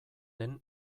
den